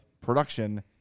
production